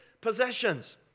possessions